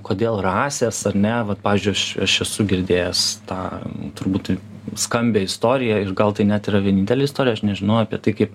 kodėl rasės ar ne vat pavyzdžiui aš aš esu girdėjęs tą turbūt skambią istoriją ir gal tai net yra vienintelė istorija aš nežinau apie tai kaip